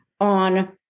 on